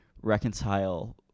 reconcile